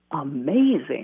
amazing